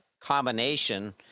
combination